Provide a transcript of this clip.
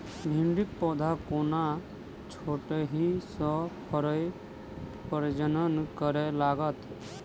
भिंडीक पौधा कोना छोटहि सँ फरय प्रजनन करै लागत?